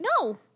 No